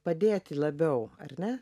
padėti labiau ar ne